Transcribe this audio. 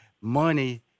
money